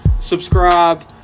subscribe